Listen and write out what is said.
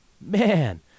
man